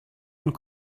und